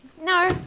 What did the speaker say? No